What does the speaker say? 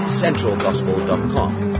centralgospel.com